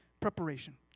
preparation